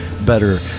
better